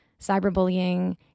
cyberbullying